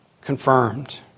confirmed